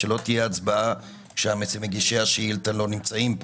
אני מבקש שלא תהיה הצבעה כשמגישי השאילתא לא נמצאים פה.